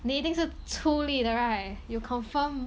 你一定是出力的 right you confirm